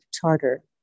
Charter